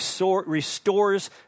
restores